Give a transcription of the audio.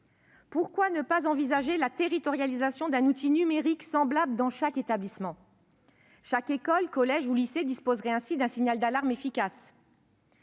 Pourquoi ne pas envisager la territorialisation d'un outil numérique similaire dans chaque établissement ? Chaque école, collège ou lycée disposerait ainsi d'un signal d'alarme efficace.